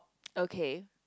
okay